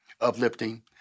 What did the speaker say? uplifting